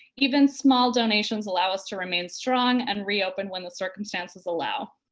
even small donations allow us to remain strong and reopen when the circumstances allow.